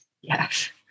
yes